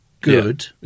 good